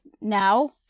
now